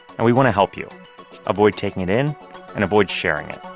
and we want to help you avoid taking it in and avoid sharing it